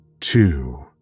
two